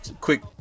quick